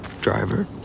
driver